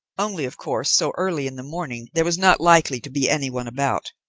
only of course so early in the morning there was not likely to be anyone about.